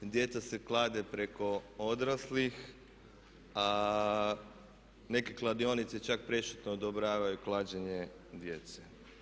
Djeca se klade preko odraslih, a neke kladionice čak prešutno odobravaju klađenje djece.